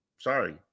Sorry